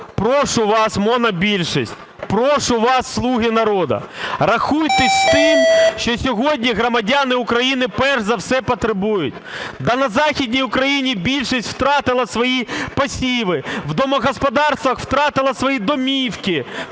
Прошу вас, монобільшість, прошу вас, "Слуги народу", рахуйтесь з тим, що сьогодні громадяни України, перш за все, потребують. На Західній Україні більшість втратили свої посіви, в домогосподарствах втратили свої домівки.